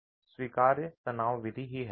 स्वीकार्य तनाव विधि ही है